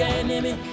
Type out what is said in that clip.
enemy